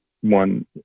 one